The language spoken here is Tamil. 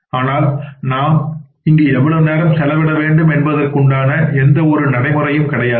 ஆனால் நாம் இங்கு எவ்வளவு நேரம் செலவிட வேண்டும் என்பதற்கு உண்டான எந்த ஒரு நடைமுறையும் கிடையாது